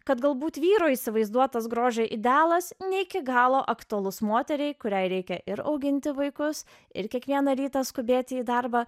kad galbūt vyro įsivaizduotas grožio idealas ne iki galo aktualus moteriai kuriai reikia ir auginti vaikus ir kiekvieną rytą skubėti į darbą